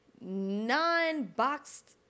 non-boxed